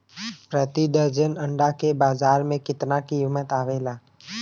प्रति दर्जन अंडा के बाजार मे कितना कीमत आवेला?